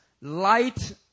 light